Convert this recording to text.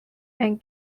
and